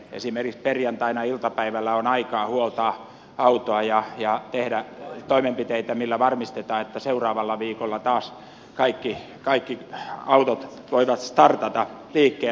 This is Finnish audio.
esimerkiksi perjantaina iltapäivällä on aikaa huoltaa autoa ja tehdä toimenpiteitä millä varmistetaan että seuraavalla viikolla taas kaikki autot voivat startata liikkeelle